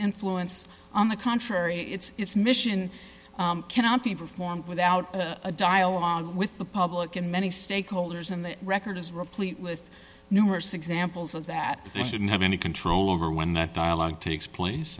influence on the contrary its mission cannot be performed without a dialogue with the public in many stakeholders and the record is replete with numerous examples of that we shouldn't have any control over when that dialogue takes place